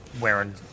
wearing